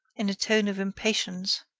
in a tone of impatience